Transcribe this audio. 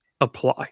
apply